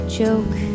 joke